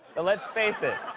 but let's face it,